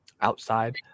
outside